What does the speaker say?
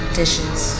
dishes